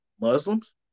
Muslims